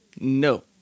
no